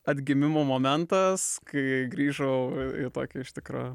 atgimimo momentas kai grįžau į tokį iš tikro